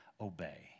obey